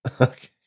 Okay